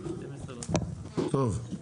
טוב.